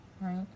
right